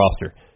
roster